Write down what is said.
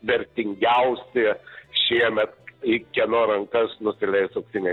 vertingiausi šiemet į kieno rankas nusileis auksiniai